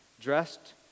dressed